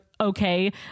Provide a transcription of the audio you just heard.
okay